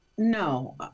No